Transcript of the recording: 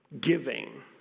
giving